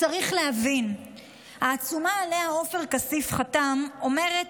צריך להבין שהעצומה שעליה עופר כסיף חתם אומרת,